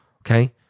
okay